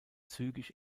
zügig